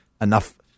enough